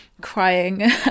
crying